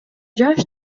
жаш